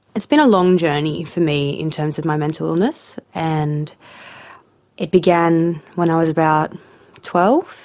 it's been a long journey for me in terms of my mental illness. and it began when i was about twelve,